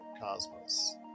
Cosmos